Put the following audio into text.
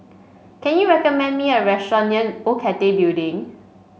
can you recommend me a restaurant near Old Cathay Building